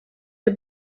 est